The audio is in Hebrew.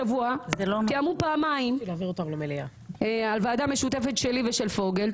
השבוע תיאמו פעמיים על ועדה משותפת שלי ושל פוגל,